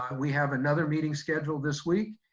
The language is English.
we have another meeting scheduled this week.